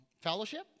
fellowship